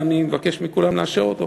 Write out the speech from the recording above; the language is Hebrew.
ואני מבקש מכולם לאשר אותו.